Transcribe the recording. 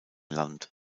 lund